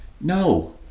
No